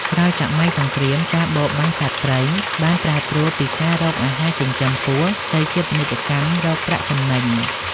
ក្រោយសម័យសង្គ្រាម ការបរបាញ់សត្វព្រៃបានប្រែប្រួលពីការរកអាហារចិញ្ចឹមពោះ ទៅជាពាណិជ្ជកម្មរកប្រាក់ចំណេញ។